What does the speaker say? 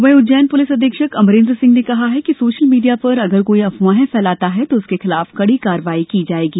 वहीं उज्जैन प्रलिस अधीक्षक अमरेन्द्र सिंह ने कहा है कि सोशल मीडिया पर अगर कोई अफवाहें फैलाता है उसके खिलाफ कड़ी कार्यवाही की जायेगी